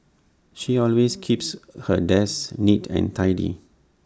she always keeps her desk neat and tidy